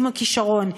עם הכישרון,